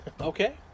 Okay